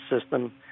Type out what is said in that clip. system